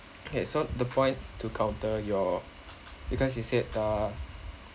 okay so the point to counter your because you said uh